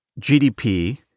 GDP